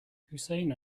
hussein